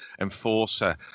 enforcer